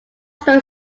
store